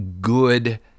good